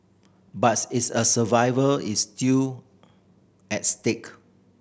but its a survival is still at stake